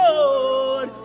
Lord